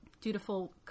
Dutiful